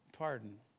Pardon